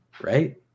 right